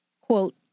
quote